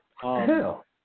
Hell